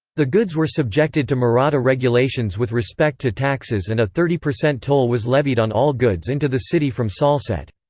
the goods were subjected to maratha regulations with respect to taxes and a thirty percent toll was levied on all goods into the city from salsette.